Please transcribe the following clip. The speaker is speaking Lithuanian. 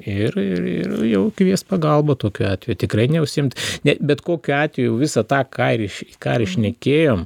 ir ir ir jau kviest pagalbą tokiu atveju tikrai neužsiimt ne bet kokiu atveju visą tą ką iš ką ir šnekėjom